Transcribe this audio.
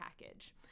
package